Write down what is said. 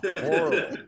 horrible